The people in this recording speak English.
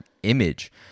image